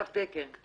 תו תקן.